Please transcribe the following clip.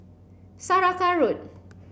Saraca Road